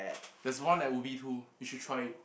there's one at Ubi too you should try it